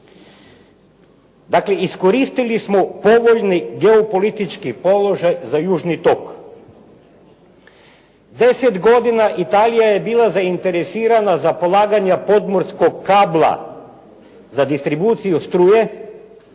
Dakle, iskoristili smo povoljno geopolitički položaj za Južni tok. Deset godina Italija je bila zainteresirana za polaganja podmorskog kabla za distribuciju struje